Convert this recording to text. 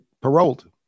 paroled